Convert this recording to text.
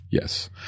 Yes